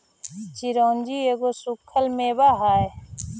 चिरौंजी एगो सूखल मेवा हई